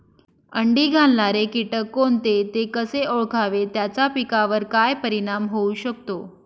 अंडी घालणारे किटक कोणते, ते कसे ओळखावे त्याचा पिकावर काय परिणाम होऊ शकतो?